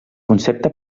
concepte